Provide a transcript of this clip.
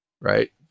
right